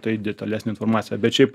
tai detalesnė informacija bet šiaip